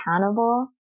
accountable